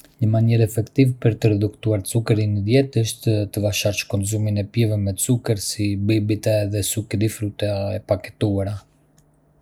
Një mënyrë efektive për të reduktuar zukerin në dietë është të vasharsh konsumimin e pijeve me zuker, si bibite dhe succhi di frutta e paketuara.